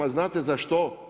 Znate za što?